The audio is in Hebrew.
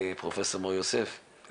פרופ' מור-יוסף,